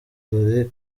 dore